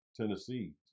Tennessee